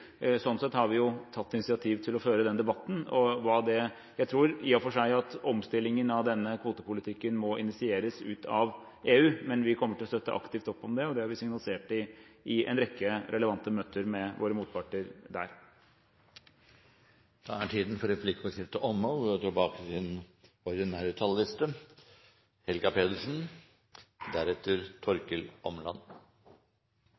sett har vi tatt initiativ til å føre den debatten, og jeg tror i og for seg at omstillingen av denne kvotepolitikken må initieres ut av EU. Men vi kommer til å støtte aktivt opp om det, og det har vi signalisert i en rekke relevante møter med våre motparter der. Replikkordskiftet er omme. Vårt forhold til EU gjennom EØS-avtalen og